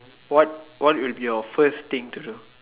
what what will be your first thing to do